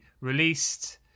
released